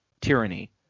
tyranny